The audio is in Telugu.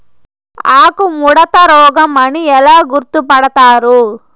ఆకుముడత రోగం అని ఎలా గుర్తుపడతారు?